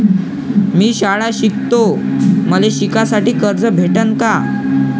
मी शाळा शिकतो, मले शिकासाठी कर्ज भेटन का?